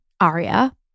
Aria